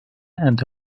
and